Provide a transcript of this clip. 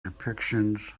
depictions